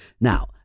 Now